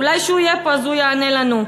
אולי כשהוא יהיה פה הוא יענה לנו.